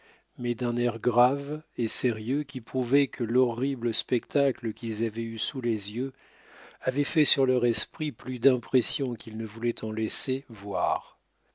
mais d'un air grave et sérieux qui prouvait que l'horrible spectacle qu'ils avaient eu sous les yeux avait fait sur leur esprit plus d'impression qu'ils ne voulaient en laisser voir